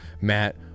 Matt